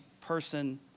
person